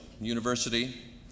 university